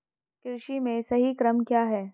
कृषि में सही क्रम क्या है?